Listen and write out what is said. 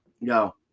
no